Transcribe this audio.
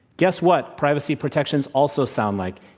guess what privacy protections also sound like?